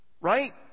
Right